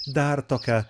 dar tokia